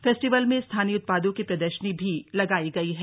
festival में स्थानीय उत्पादों की प्रदर्शनी भी लगाई गई है